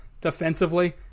defensively